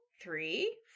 three